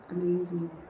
Amazing